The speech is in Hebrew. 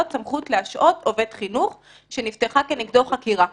סמכות להשעות עובד חינוך שנפתחה כנגדו חקירה.